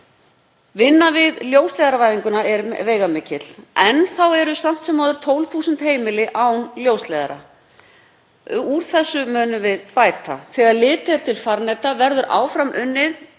vinna við ljósleiðaravæðingu veigamikil en enn þá eru 12.000 heimili án ljósleiðara. Úr þessu munum við bæta. Þegar litið er til farneta verður áfram unnið